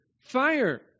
Fire